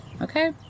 okay